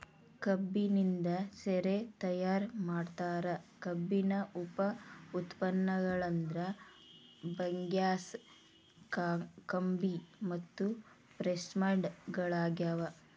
ಕಬ್ಬಿನಿಂದ ಶೇರೆ ತಯಾರ್ ಮಾಡ್ತಾರ, ಕಬ್ಬಿನ ಉಪ ಉತ್ಪನ್ನಗಳಂದ್ರ ಬಗ್ಯಾಸ್, ಕಾಕಂಬಿ ಮತ್ತು ಪ್ರೆಸ್ಮಡ್ ಗಳಗ್ಯಾವ